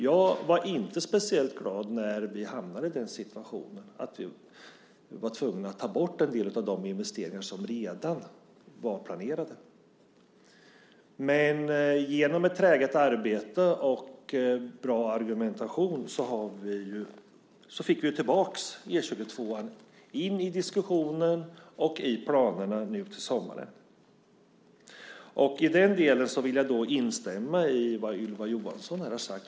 Jag var inte speciellt glad när vi hamnade i den situationen att vi var tvungna att ta bort en del av de investeringar som redan var planerade. Men genom ett träget arbete och bra argumentation fick vi ju tillbaka E 22:an i diskussionen och i planerna nu i somras. I den delen vill jag instämma i vad Ylva Johansson här har sagt.